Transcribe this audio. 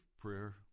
prayer